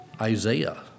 Isaiah